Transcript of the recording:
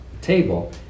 table